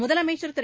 முதலமைச்சர் திரு